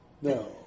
No